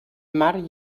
mar